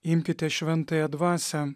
imkite šventąją dvasią